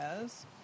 yes